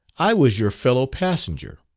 i was your fellow-passenger.